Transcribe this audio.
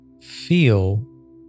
feel